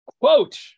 Quote